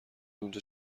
اونجا